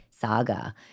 saga